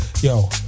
yo